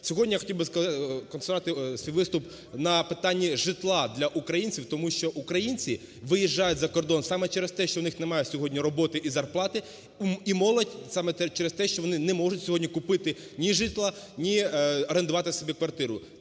Сьогодні я хотів би сконцентрувати свій виступ на питанні житла для українців, тому що українці виїжджають за кордон саме через те, що в них нема сьогодні роботи і зарплати, і молодь саме через те, що вони не можуть сьогодні купити ні житла, ні орендувати собі квартиру.